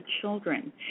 children